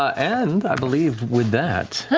and i believe with that.